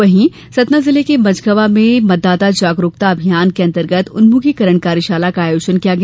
वहीं सतना जिले के मझगंवा में मतदाता जागरूकता अभियान के अंतर्गत उन्मुखिकरण कार्यशाला का आयोजन किया गया